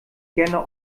gerne